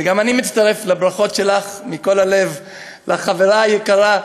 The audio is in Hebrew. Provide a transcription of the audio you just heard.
וגם אני מצטרף לברכות שלך מכל הלב לחברה היקרה.